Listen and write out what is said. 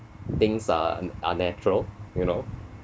things are are natural you know